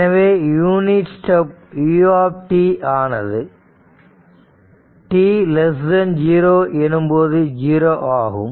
எனவே unit step u ஆனது t 0 எனும்போது 0 ஆகும்